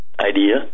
idea